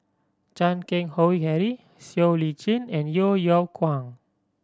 Chan Keng Howe Harry Siow Lee Chin and Yeo Yeow Kwang